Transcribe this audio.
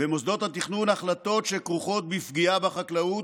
במוסדות התכנון החלטות שכרוכות בפגיעה בחקלאות,